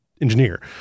engineer